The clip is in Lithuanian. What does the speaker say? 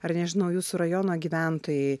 ar nežinau jūsų rajono gyventojai